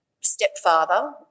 stepfather